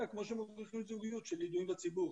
כמו שמוכיחים זוגיות של ידועים בציבור,